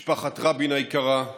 משפחת רבין היקרה,